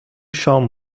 شام